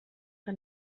que